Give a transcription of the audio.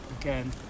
again